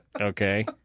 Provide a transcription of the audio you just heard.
Okay